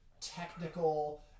Technical